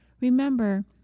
remember